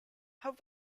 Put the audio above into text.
have